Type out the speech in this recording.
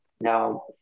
Now